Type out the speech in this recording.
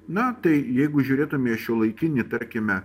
na tai jeigu žiūrėtume šiuolaikinį tarkime